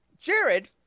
Jared